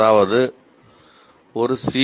அதாவது ஒரு சி